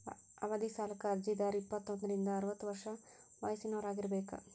ಅವಧಿ ಸಾಲಕ್ಕ ಅರ್ಜಿದಾರ ಇಪ್ಪತ್ತೋಂದ್ರಿಂದ ಅರವತ್ತ ವರ್ಷ ವಯಸ್ಸಿನವರಾಗಿರಬೇಕ